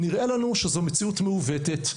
נראה לנו שזאת מציאות מעוותת.